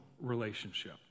relationship